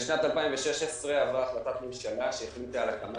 בשנת 2016 עברה החלטת ממשלה שהחליטה על הקמת